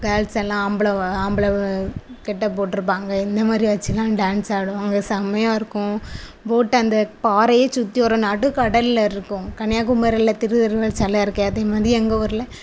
girls எல்லாம் ஆம்பளை ஆம்பளை கெட்டப் போட்டிருப்பாங்க இந்த மாதிரி வச்செலாம் டான்ஸ் ஆடுவாங்க செம்மையாக இருக்கும் போட் அந்த பாறையை சுற்றி ஒரு நடுக்கடலில் இருக்கும் கன்னியாகுமாரியில திருவள்ளுவர் செலை இருக்கே அதே மாதிரி எங்கள் ஊரில்